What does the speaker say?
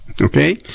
Okay